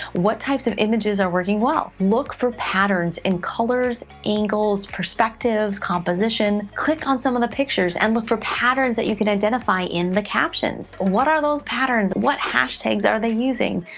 what types of images are working well? look for patterns in colors, angles, perspectives, composition. click on some of the pictures, and look for patterns that you can identify in the captions. what are those patterns? what hashtags are they using?